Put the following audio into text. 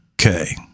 Okay